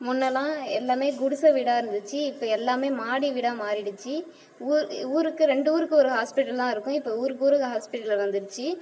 முன்னெயெல்லாம் எல்லாமே குடிசை வீடாக இருந்துச்சு இப்போ எல்லாமே மாடி வீடாக மாறிடிச்சு ஊரு ஊருக்கு ரெண்டு ஊருக்கு ஒரு ஹாஸ்பிட்டல் தான் இருக்கும் இப்போ ஊருக்கு ஊருக்கு ஹாஸ்பிட்டல் வந்துடுச்சு